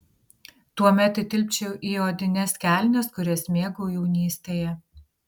tuomet įtilpčiau į odines kelnes kurias mėgau jaunystėje